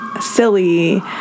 silly